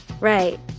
Right